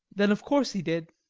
then of course he did.